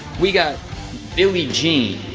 we got billy gene.